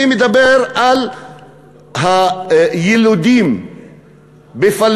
אני מדבר על היילודים בפלסטין,